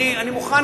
אני מוכן,